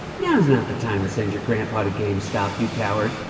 now is not the time to send your grandpa to gamestop, you coward.